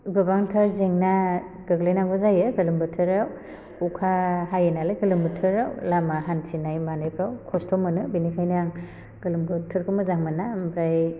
गोबांथार जेंना गोग्लैनांगौ जायो गोलोम बोथोराव अखा हायो नालाय गोलोम बोथोराव लामा हान्थिनाय मानायफ्राव खस्थ' मोनो बिनिखायनो आं गोलोम बोथोरखौ मोजां मोना ओमफ्राय